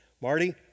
Marty